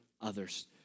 others